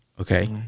Okay